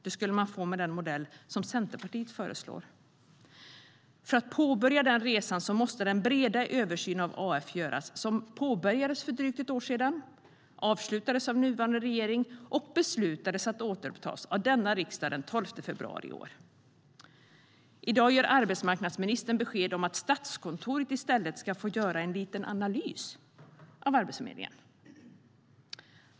Det skulle man få med den modell som Centerpartiet föreslår.I dag ger arbetsmarknadsministern besked om att Statskontoret i stället ska få göra en liten analys av Arbetsförmedlingen.